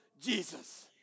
Jesus